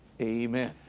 amen